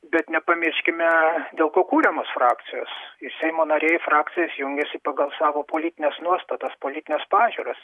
bet nepamirškime dėl ko kuriamos frakcijos seimo nariai į frakcijas jungiasi pagal savo politines nuostatas politines pažiūras